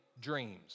dreams